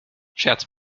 scherz